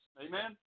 Amen